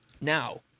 Now